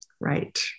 right